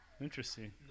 Interesting